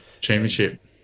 Championship